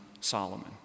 Solomon